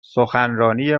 سخنرانی